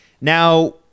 Now